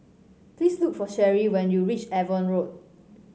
please look for Sheri when you reach Avon Road